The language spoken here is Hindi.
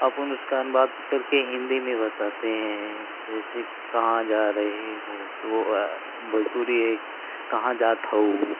अपुन उसका अनुवाद करके हिंदी में बताते हैं जैसे कहाँ जा रहे हो तो भोजपुरी कहाँ जात हऊ